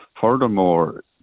furthermore